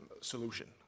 solution